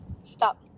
Stop